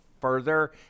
further